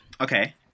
Okay